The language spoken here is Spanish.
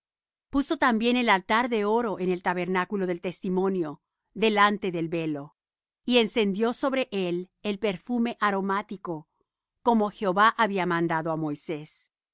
puso también el altar de oro en el tabernáculo del testimonio delante del velo y encendió sobre él el perfume aromático como jehová había mandado á moisés